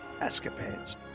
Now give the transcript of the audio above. escapades